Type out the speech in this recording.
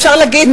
אפשר להגיד,